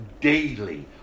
daily